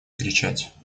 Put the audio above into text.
кричать